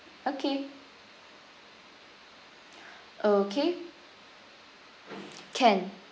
okay okay can